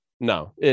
no